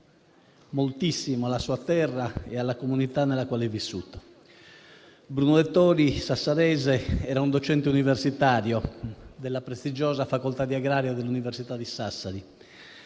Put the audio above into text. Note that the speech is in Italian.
dare moltissimo alla sua terra e alla comunità nella quale è vissuto. Bruno Dettori, sassarese, era un docente universitario della prestigiosa facoltà di agraria dell'Università degli